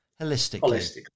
holistically